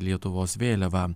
lietuvos vėliava